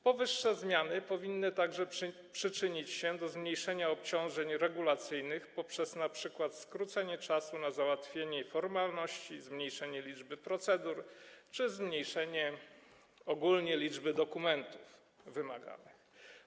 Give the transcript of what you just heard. Powyższe zmiany powinny także przyczynić się do zmniejszenia obciążeń regulacyjnych poprzez np. skrócenie czasu na załatwienie formalności, zmniejszenie liczby procedur czy zmniejszenie ogólnie liczby wymaganych dokumentów.